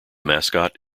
mascot